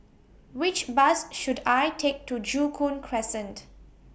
Which Bus should I Take to Joo Koon Crescent